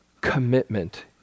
commitment